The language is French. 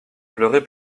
pleuré